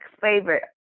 favorite